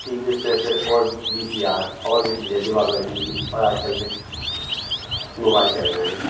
T V से फिर और वी सी आर और भी चीज़ें दीवार वाला टी वी और आज कल फिर मोबाइल चल गए हैं